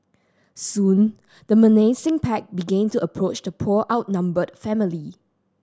soon the menacing pack begin to approach the poor outnumbered family